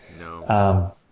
No